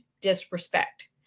disrespect